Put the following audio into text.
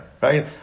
Right